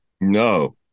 No